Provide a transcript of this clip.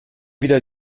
wieder